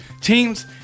teams